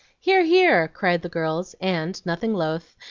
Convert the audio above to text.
hear! hear! cried the girls and, nothing loath,